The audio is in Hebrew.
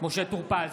משה טור פז,